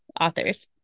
authors